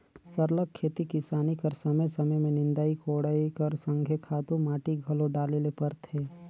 सरलग खेती किसानी कर समे समे में निंदई कोड़ई कर संघे खातू माटी घलो डाले ले परथे